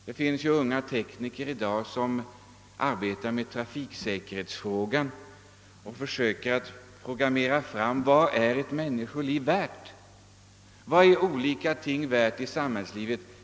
Det finns unga tekniker som arbetar med trafiksäkerhetsfrågor och som försöker programmera fram vad ett människoliv är värt. Vad är olika ting värda i samhällslivet?